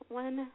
one